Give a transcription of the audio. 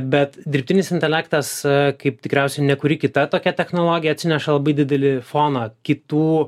bet dirbtinis intelektas kaip tikriausiai ne kuri kita tokia technologija atsineša labai didelį foną kitų